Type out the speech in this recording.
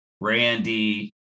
Randy